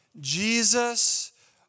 Jesus